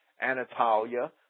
Anatolia